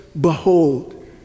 behold